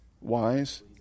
Wise